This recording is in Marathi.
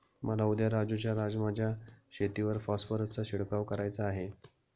मला उद्या राजू च्या राजमा च्या शेतीवर फॉस्फरसचा शिडकाव करायचा आहे